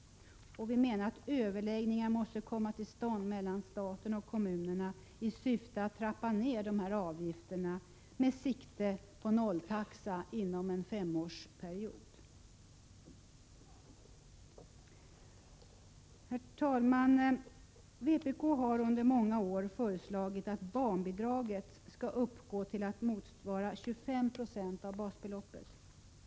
Vi menar att överläggningar måste komma till stånd mellan staten och kommunerna i syfte att trappa ned avgifterna — och då med siktet inställt på nolltaxa inom en femårsperiod. Herr talman! Vi i vpk har under många år föreslagit att barnbidraget skall motsvara 25 20 av basbeloppet.